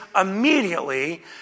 immediately